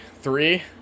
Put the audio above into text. Three